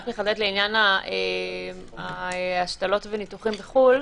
לעניין ההשתלות והניתוחים בחו"ל,